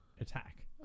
attack